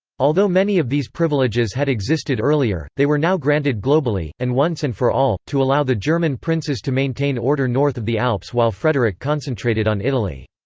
although many of these privileges had existed earlier, they were now granted globally, and once and for all, to allow the german princes to maintain order north of the alps while frederick concentrated on italy.